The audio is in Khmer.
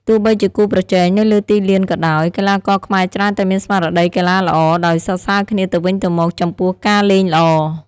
ទោះបីជាគូប្រជែងនៅលើទីលានក៏ដោយ កីឡាករខ្មែរច្រើនតែមានស្មារតីកីឡាល្អ ដោយសរសើរគ្នាទៅវិញទៅមកចំពោះការលេងល្អ។